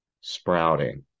sprouting